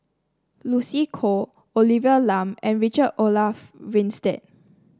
Lucy Koh Olivia Lum and Richard Olaf Winstedt